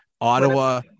Ottawa